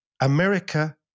America